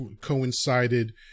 coincided